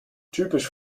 typisch